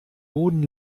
boden